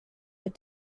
but